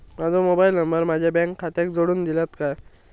माजो mobile number माझ्या bank खात्याक जोडून दितल्यात काय?